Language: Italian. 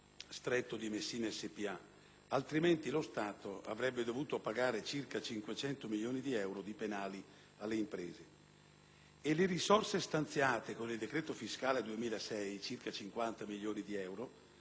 Stretto di Messina spa, altrimenti lo Stato avrebbe dovuto pagare circa 500 milioni di euro di penali alle imprese, e le risorse stanziate con il decreto fiscale 2006 (circa 50 milioni di euro)